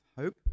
hope